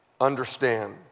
understand